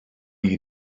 you